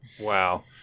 Wow